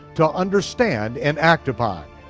to understand and act upon.